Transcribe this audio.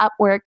Upwork